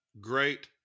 great